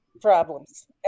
problems